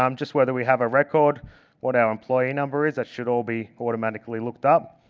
um just whether we have a record what our employee number is, that should ah be automatically looked up.